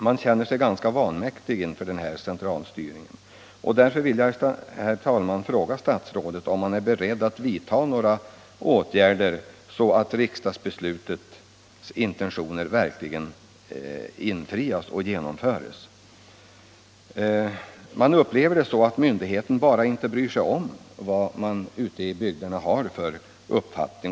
Människorna känner sig vanmäktiga inför cen = ändring i postservitralstyrning. Därför vill jag fråga statsrådet om han är beredd att vidta — cen några åtgärder så att riksdagsbeslutets intentioner verkligen infrias. Människorna ute i bygderna upplever det så att myndigheterna bara inte bryr sig om vad de har för uppfattning.